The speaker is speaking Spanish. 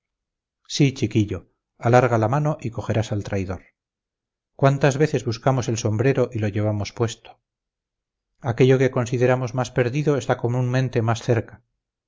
sí chiquillo alarga la mano y cogerás al traidor cuántas veces buscamos el sombrero y lo llevamos puesto aquello que consideramos más perdido está comúnmente más cerca